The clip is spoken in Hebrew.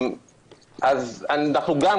אז אנחנו גם,